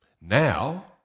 Now